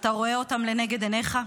אתה רואה אותם לנגד עיניך?